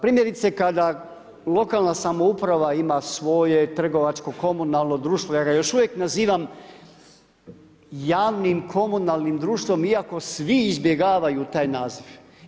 Primjerice kada lokalna samouprava ima svoje trgovačko, komunalno društvo ja ga još uvijek nazivam javnim komunalnim društvom iako svi izbjegavaju taj naziv.